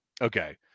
Okay